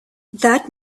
that